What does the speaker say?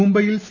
മുംബൈയിൽ സി